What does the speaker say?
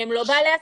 הם לא בעלי עסקים?